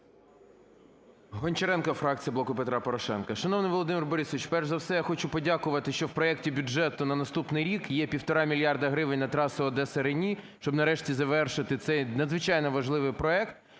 Гончаренко, фракція "Блоку Петра Порошенка". Шановний Володимир Борисович, перш за все, я хочу подякувати, що в проекті бюджету на наступний рік є 1,5 мільярди гривень на трасу Одеса-Рені, щоб нарешті завершити цей надзвичайно важливий проект.